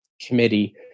committee